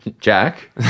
Jack